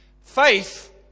Faith